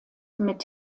mit